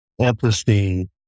empathy